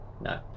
No